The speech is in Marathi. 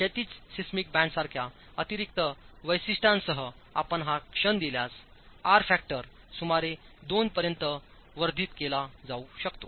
क्षैतिज सिस्मिकबँडसारख्याअतिरिक्त वैशिष्ट्यासह आपण हा क्षण दिल्यास आर फॅक्टर सुमारे 2 पर्यंत वर्धित केला जाऊ शकतो